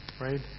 Right